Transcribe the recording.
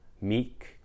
meek